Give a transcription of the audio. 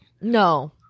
No